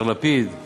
השר לפיד,